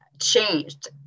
changed